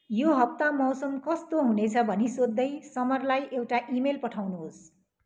यो हप्ता मौसम कस्तो हुनेछ भनी सोध्दै समरलाई एउटा इमेल पठाउनुहोस्